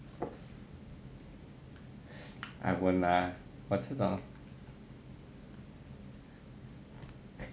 I won't lah